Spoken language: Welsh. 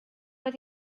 oedd